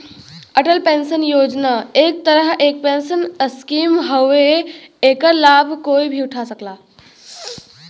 Atal pension योजना एक तरह क पेंशन स्कीम हउवे एकर लाभ कोई भी उठा सकला